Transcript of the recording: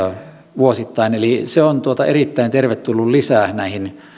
vuosittain eli se on erittäin tervetullut lisä näihin